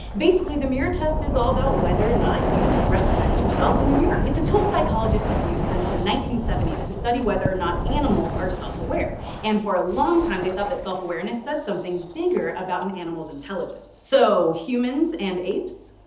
basically, the mirror test is all about whether or not you recognize yourself in the mirror. it's a tool psychologists have used since the nineteen seventy s to study whether or not animals are self-aware, and for a long time, they thought that self-awareness said something bigger about an animal's' intelligence. brit so humans and apes?